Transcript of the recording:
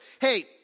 hey